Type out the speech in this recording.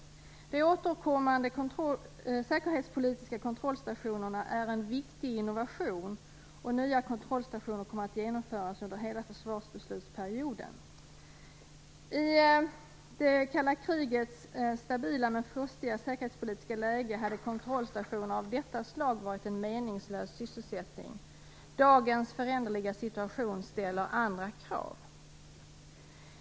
De återkommande säkerhetspolitiska kontrollstationerna är en viktig innovation, och nya kontrollstationer kommer att genomföras under hela försvarsbeslutsperioden. I det kalla krigets stabila men frostiga säkerhetspolitiska läge hade kontrollstationer av detta slag varit en meningslös sysselsättning. Dagens föränderliga situation ställer andra krav.